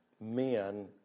men